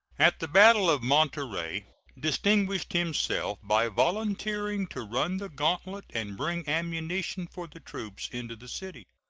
at the battle of monterey distinguished himself by volunteering to run the gantlet and bring ammunition for the troops into the city.